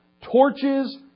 torches